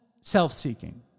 self-seeking